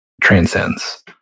transcends